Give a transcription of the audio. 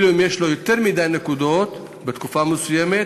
אם יש יותר מדי נקודות בתקופה מסוימת